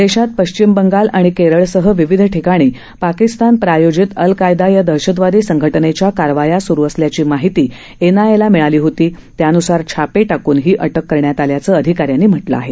देशात पश्चिम बंगाल आणि केरळसह विविध ठिकाणी पाकिस्तान प्रायोजित अलकैदा या दहशतवादी संघटनेच्या कारवाया सुरू असल्याची माहिती एनआयएला मिळाली होती त्यानुसार छापे टाकून ही अटक करण्यात आल्याचं अधिकाऱ्यांनी म्हटलं आहे